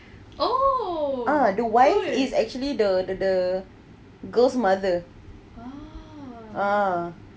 the wife is actually the the the girl's mother